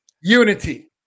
Unity